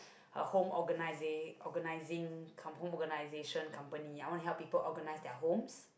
a home organising home organization company I want to help people organise their homes